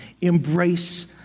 Embrace